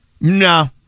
No